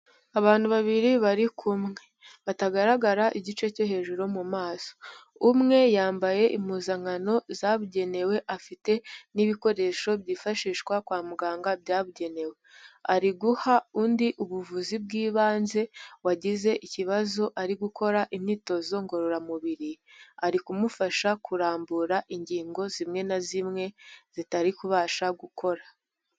Abantu babiri bari kumwe, batagaragara igice cyo hejuru mu maso, umwe yambaye impuzankano zabugenewe afite n'ibikoresho byifashishwa kwa muganga byabugenewe. Ari guha undi ubuvuzi bw'ibanze wagize ikibazo ari gukora imyitozo ngororamubiri, ari kumufasha kurambura ingingo zimwe na zimwe zitari kubasha gukora.